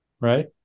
right